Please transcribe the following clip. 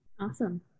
Awesome